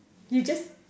you just